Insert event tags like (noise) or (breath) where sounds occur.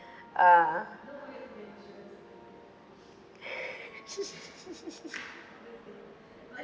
(breath) uh (laughs)